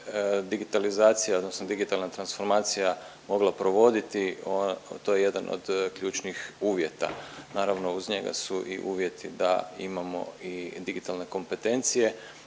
digitalizacija odnosno digitalna transformacija mogla provoditi, to je jedan od ključnih uvjeta. Naravno, uz njega su i uvjet da imamo i digitalne kompetencije,